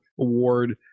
award